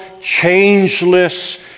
changeless